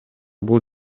бул